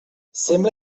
sembla